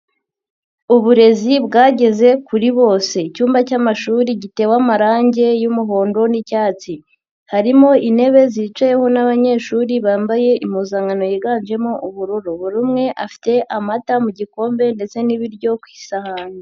Uburezi bwageze kuri bose. Icyumba cy'amashuri gitewe amarange y'umuhondo n'icyatsi. Harimo intebe zicayeho n'abanyeshuri bambaye impuzankano yiganjemo ubururu. Buri umwe afite amata mu gikombe ndetse n'ibiryo ku isahani.